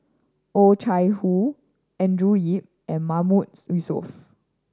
Oh Chai Hoo Andrew Yip and Mahmood Yusof